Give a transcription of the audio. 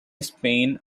spain